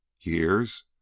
Years